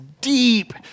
deep